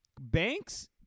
Banks